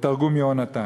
בתרגום יונתן: